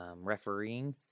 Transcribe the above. refereeing